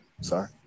Sorry